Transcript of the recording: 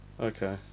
Okay